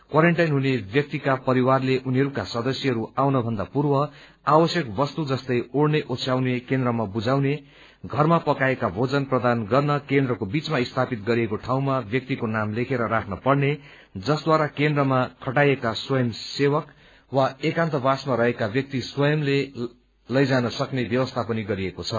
quarantine हुने व्यक्तिका परिवारले उनका सदस्यहरू आउनभन्दा पूर्व आवश्यक वस्तु जस्तै ओड़ने ओच्छयाउने केन्द्रमा बुझाउने घरमा पकाएका भोजन प्रदान गर्न केन्द्रको बीचमा स्थापित गरिएको ठाउँमा व्यक्तिको नाम लेखेर राख्न पर्ने जसद्वारा केन्द्रमा खटाइएका स्वयं सेवक वा एकान्तवासमा रहेका व्यक्ति स्वयंले लैजान सक्ने व्यवस्था पनि गरिएको छ